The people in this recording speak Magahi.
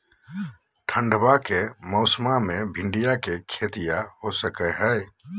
ठंडबा के मौसमा मे भिंडया के खेतीया हो सकये है?